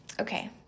okay